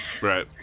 Right